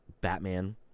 Batman